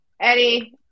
Eddie